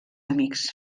amics